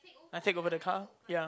I take over the car ya